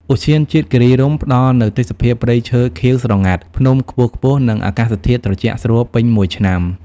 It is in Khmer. ឧទ្យានជាតិគិរីរម្យផ្តល់នូវទេសភាពព្រៃឈើខៀវស្រងាត់ ភ្នំខ្ពស់ៗ និងអាកាសធាតុត្រជាក់ស្រួលពេញមួយឆ្នាំ។